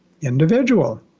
individual